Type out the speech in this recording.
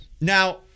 Now